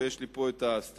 ויש לי פה את הסטנוגרמה,